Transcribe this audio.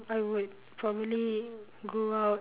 um I would probably go out and